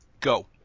Go